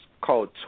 called